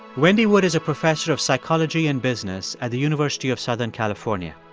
wendy wood is a professor of psychology and business at the university of southern california.